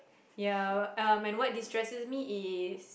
ya um and what destresses me is